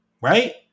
right